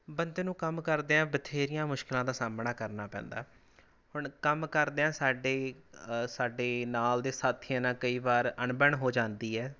ਬੰਦੇ ਨੂੰ ਕੰਮ ਕਰਦਿਆਂ ਬਥੇਰੀਆਂ ਮੁਸ਼ਕਲਾਂ ਦਾ ਸਾਹਮਣਾ ਕਰਨਾ ਪੈਂਦਾ ਹੁਣ ਕੰਮ ਕਰਦਿਆਂ ਸਾਡੇ ਹੀ ਸਾਡੇ ਨਾਲ ਦੇ ਸਾਥੀਆਂ ਨਾਲ ਕਈ ਵਾਰ ਅਣਬਣ ਹੋ ਜਾਂਦੀ ਹੈ